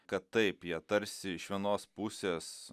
kad taip jie tarsi iš vienos pusės